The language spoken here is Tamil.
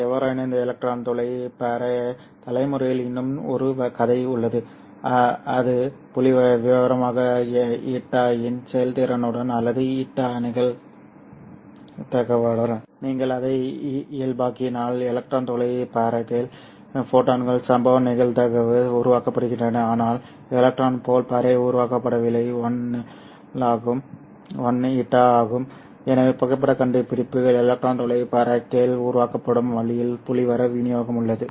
எவ்வாறாயினும் இந்த எலக்ட்ரான் துளை பரே தலைமுறையில் இன்னும் ஒரு கதை உள்ளது அது புள்ளிவிவரமாக η இன் செயல்திறனுடன் அல்லது η நிகழ்தகவுடன் நீங்கள் அதை இயல்பாக்கினால் எலக்ட்ரான் துளை பரேக்கள் ஃபோட்டான்கள் சம்பவம் நிகழ்தகவு உருவாக்கப்படுகின்றன ஆனால் எலக்ட்ரான் போல் பரே உருவாக்கப்படவில்லை 1 η ஆகும் எனவே புகைப்படக் கண்டுபிடிப்பில் எலக்ட்ரான் துளை பரேக்கள் உருவாக்கப்படும் வழியில் புள்ளிவிவர விநியோகம் உள்ளது